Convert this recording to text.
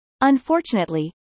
Unfortunately